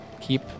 keep